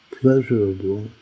pleasurable